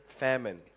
famine